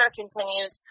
continues